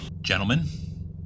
Gentlemen